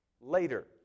later